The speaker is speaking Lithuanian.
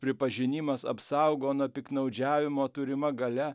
pripažinimas apsaugo nuo piktnaudžiavimo turima galia